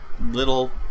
little